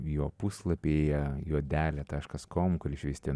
jo puslapyje juodelė taškas kom kur išvysite